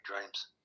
dreams